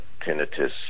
tinnitus